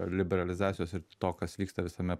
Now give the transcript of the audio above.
liberalizacijos ir to kas vyksta visame